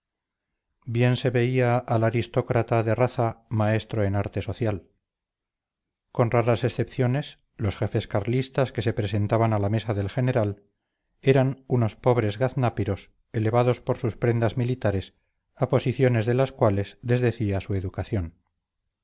bien se veía al aristócrata de raza maestro en arte social con raras excepciones los jefes carlistas que se sentaban a la mesa del general eran unos pobres gaznápiros elevados por sus prendas militares a posiciones de las cuales desdecía su educación